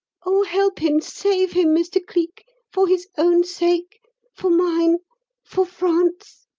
oh, help him, save him, mr. cleek for his own sake for mine for france.